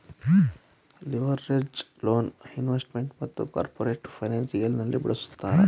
leveraged loan investment ಮತ್ತು corporate financial ನಲ್ಲಿ ಬಳಸುತ್ತಾರೆ